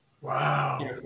Wow